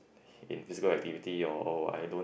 in physical activity or or I don't